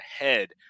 ahead